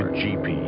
gp